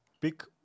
pick